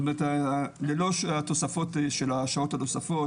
זאת אומר ללא התוספות של השעות הנוספות,